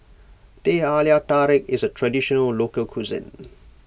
Teh Halia Tarik is a Traditional Local Cuisine